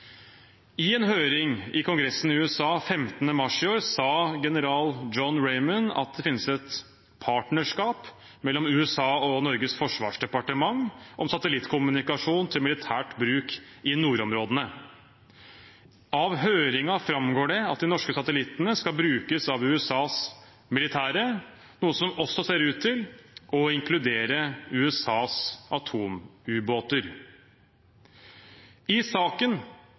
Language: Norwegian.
I en høring i kongressen i USA den 15. mars i år sa general John W. Raymond at det finnes et partnerskap mellom USA og Norges forsvarsdepartement om satellittkommunikasjon til militær bruk i nordområdene. Av høringen framgår det at de norske satellittene skal brukes av USAs militære, noe som også ser ut til å inkludere USAs atomubåter. I saken